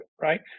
right